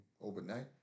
overnight